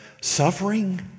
suffering